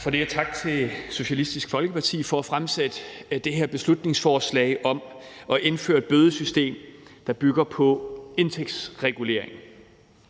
tak til Socialistisk Folkeparti for at fremsætte det her beslutningsforslag om at indføre et bødesystem, der bygger på indtægtsregulering.